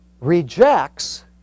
rejects